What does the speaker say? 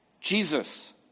Jesus